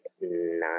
nine